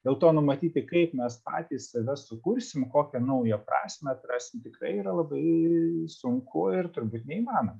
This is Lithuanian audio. dėl to numatyti kaip mes patys save sukursim kokią naują prasmę atrasti tikrai yra labai sunku ir turbūt neįmanoma